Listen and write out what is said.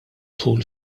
dħul